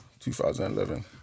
2011